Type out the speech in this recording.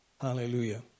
hallelujah